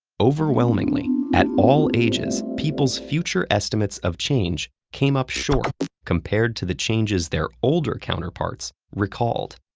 overwhelmingly, at all ages, people's future estimates of change came up short compared to the changes their older counterparts recalled.